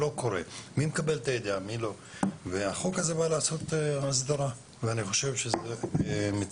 מי מקבל את הידיעה וכולי החוק הזה בא להסדיר ואני חושב שזה מצוין.